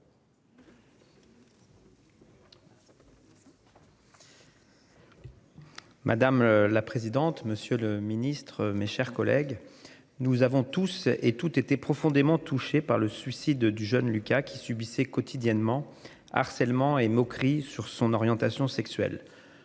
Madame la présidente, monsieur le ministre, mes chers collègues, nous avons tous et toutes étaient profondément touchée par le suicide du jeune Lucas qui subissaient quotidiennement harcèlement et moqueries sur son orientation sexuelle.